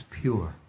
pure